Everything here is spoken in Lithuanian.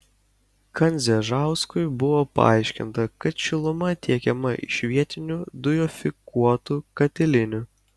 kandzežauskui buvo paaiškinta kad šiluma tiekiama iš vietinių dujofikuotų katilinių